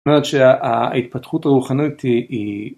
זאת אומרת שההתפתחות הרוחנית היא